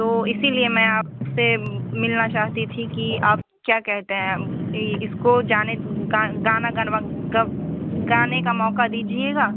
तो इसी लिए मैं आप से मिलना चाहती थी कि आप क्या कहते हैं कि इसको जाने गाना गनवा ग गाने का मौक़ा दीजिएगा